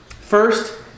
First